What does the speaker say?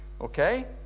Okay